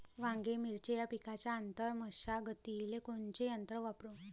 वांगे, मिरची या पिकाच्या आंतर मशागतीले कोनचे यंत्र वापरू?